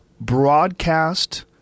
broadcast